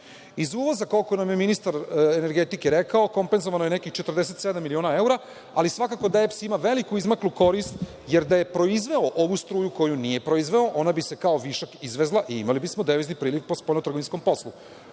Iz uvoza, koliko nam je ministar energetike rekao, kompenzovano je nekih 47 miliona evra, ali svakako da EPS ima veliku izmaklu korist jer da je proizveo ovu struju koju nije proizveo ona bi se kao višak izvezla i imali bismo devizni priliv u spoljno-trgovinskom poslu. Pored